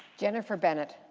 jennifer bennett,